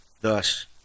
Thus